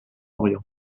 orient